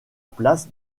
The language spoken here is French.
place